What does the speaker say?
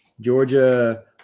Georgia